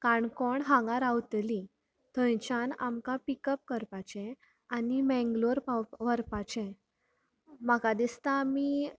काणकोण हांगा रावतली थंयच्यान आमकां पिकअप करपाचे आनी मेंगलोर पावप व्हरपाचे म्हाका दिसता आमी